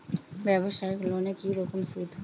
ব্যবসায়িক লোনে কি রকম সুদ?